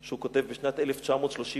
שהוא כתב בשנת 1932,